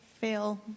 fail